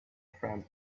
friend